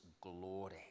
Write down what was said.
glory